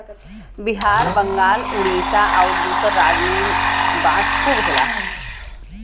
बिहार बंगाल उड़ीसा आउर दूसर राज में में बांस खूब होला